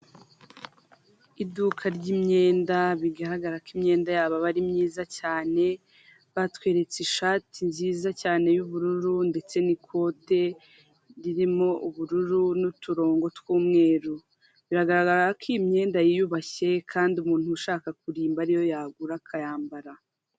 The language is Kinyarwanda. Iduka ry'imyenda bigaragara ko imyenda yabo iba ari myiza cyane batweretse ishati nziza cyane y'ubururu ndetse n'ikote ririmo ubururu n'uturongo tw'umweru biragaragara ko iyi imyenda yiyubashye kandi umuntu ushaka kurimba ariyo yagura akayambara.